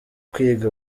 kwiga